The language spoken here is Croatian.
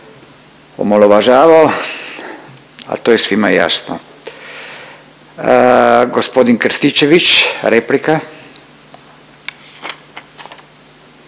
omalovažavao, a to je svima jasno. Gospodin Krstičević, replika.